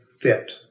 fit